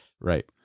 right